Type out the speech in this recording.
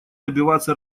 добиваться